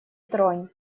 тронь